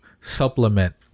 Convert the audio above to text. supplement